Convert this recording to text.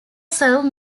serve